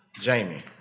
Jamie